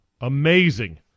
Amazing